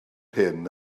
hyn